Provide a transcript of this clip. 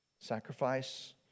sacrifice